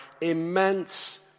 immense